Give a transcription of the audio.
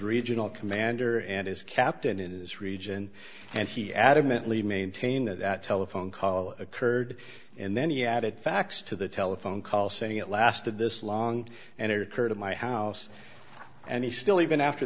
regional commander and his captain in this region and he adamantly maintain that that telephone call occurred and then he added facts to the telephone call saying it lasted this long and it occurred in my house and he still even after